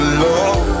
love